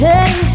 Hey